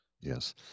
Yes